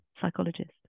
psychologist